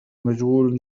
مشغول